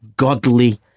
godly